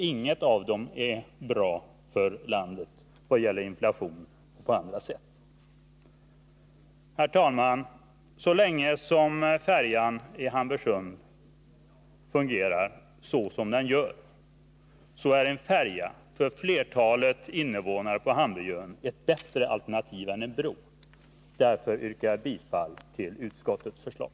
Inget av dem är bra för landet i vad det gäller inflationen eller i andra avseenden. Herr talman! Så länge färjan i Hamburgsund fungerar så som den gör är en färja för flertalet invånare på Hamburgön ett bättre alternativ än en bro. Därför yrkar jag bifall till utskottets förslag.